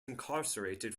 incarcerated